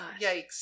yikes